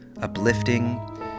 uplifting